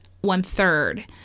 one-third